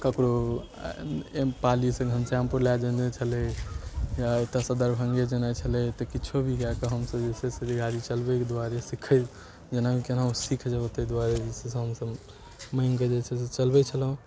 ककरो पालीसँ घनश्यामपुर लऽ जेनाइ छलै या एतऽसँ दरभङ्गे जेनाइ छलै तऽ किछु भी कऽ कऽ हमसभ जे छै से गाड़ी चलबैके दुआरे सिखै जेनाहि भी केनाहिओ भी सीखि जेबै ताहि दुआरे जे छै से हमसभ माँगिकऽ जे छै से चलबै छलहुँ